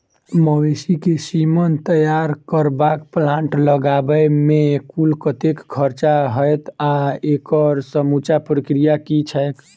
मवेसी केँ सीमन तैयार करबाक प्लांट लगाबै मे कुल कतेक खर्चा हएत आ एकड़ समूचा प्रक्रिया की छैक?